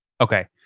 Okay